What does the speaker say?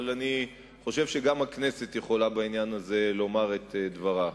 אבל אני חושב שגם הכנסת יכולה בעניין הזה לומר את דברה.